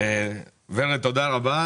ורד, תודה רבה.